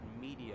media